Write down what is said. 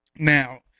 Now